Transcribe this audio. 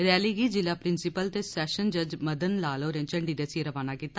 rally गी जिला principal ते सैशन जज मदन लाल होरें इांडी दस्सियै रवाना कीता